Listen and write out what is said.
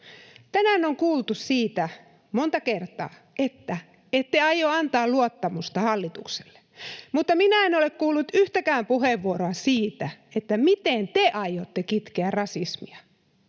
Tänään on kuultu siitä monta kertaa, että ette aio antaa luottamusta hallitukselle, mutta minä en ole kuullut yhtäkään puheenvuoroa siitä, että miten te aiotte kitkeä rasismia.